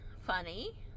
funny